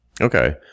Okay